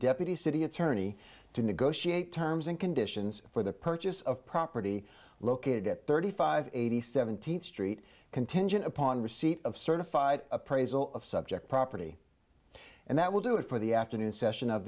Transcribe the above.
deputy city attorney to negotiate terms and conditions for the purchase of property located at thirty five eighty seventeenth street contingent upon receipt of certified appraisal of subject property and that will do it for the afternoon session of